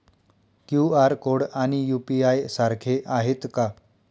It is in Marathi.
क्यू.आर कोड आणि यू.पी.आय सारखे आहेत का?